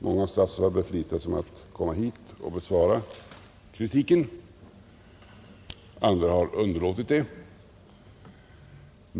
Många statsråd har beflitat sig om att komma hit och svara på kritiken, andra har underlåtit det.